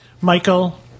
Michael